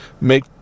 make